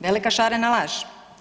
Velika šarena laž.